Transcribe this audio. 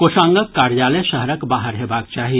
कोषांगक कार्यालय शहरक बाहर हेबाक चाही